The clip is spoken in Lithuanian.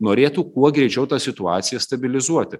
norėtų kuo greičiau tą situaciją stabilizuoti